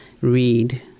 read